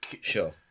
sure